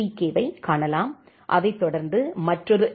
K ஐக் காணலாம் அதைத் தொடர்ந்து மற்றொரு ஏ